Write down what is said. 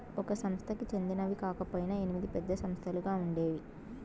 ఒక సంస్థకి చెందినవి కాకపొయినా ఎనిమిది పెద్ద సంస్థలుగా ఉండేవి